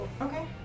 Okay